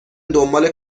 دنبال